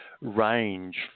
range